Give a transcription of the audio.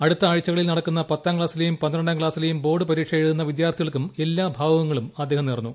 അടുത്ത ആഴ്ചകളിൽ നടക്കുന്ന പത്താം ക്ലാസിലെയും പന്ത്രണ്ടാം ക്ലാസിലെയും ബോർഡ് പരീക്ഷ എഴുതുന്ന വിദ്യാർത്ഥികൾക്കും എല്ലാ ഭാവുകങ്ങളും അദ്ദേഹം നേർന്നു